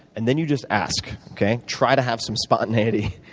and then you just ask, okay? try to have some spontaneity.